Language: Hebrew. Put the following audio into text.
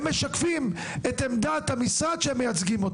הם משקפים את עמדת המשרד שהם מייצגים.